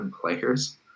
players